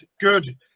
good